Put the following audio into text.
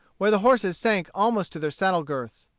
where the horses sank almost to their saddle-girths.